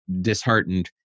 disheartened